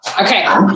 Okay